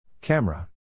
camera